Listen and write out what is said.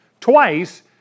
twice